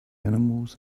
animals